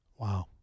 Wow